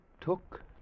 took